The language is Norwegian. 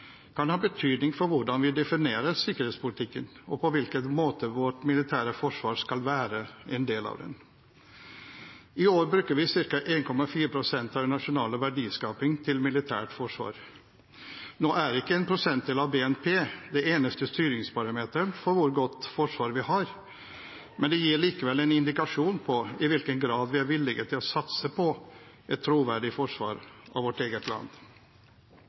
kan ha betydning for hvordan vi definerer sikkerhetspolitikken, og på hvilken måte vårt militære forsvar skal være en del av den. I år bruker vi ca. 1,4 pst. av den nasjonale verdiskaping til militært forsvar. Nå er ikke en prosentandel av BNP den eneste styringsparameteren for hvor godt forsvar vi har, men det gir likevel en indikasjon på i hvilken grad vi er villige til å satse på et troverdig forsvar av vårt eget land.